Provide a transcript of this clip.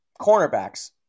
Cornerbacks